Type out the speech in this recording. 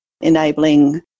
enabling